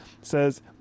says